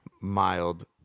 mild